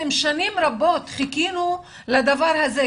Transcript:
שנים רבות חיכינו לדבר הזה,